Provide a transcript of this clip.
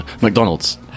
McDonald's